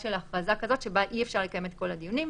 של הכרזה כזו בתקופה שבה אי אפשר לקיים את כל הדיונים,